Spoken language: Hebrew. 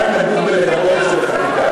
מה הרווחנו בלגבות את זה בחקיקה?